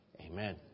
Amen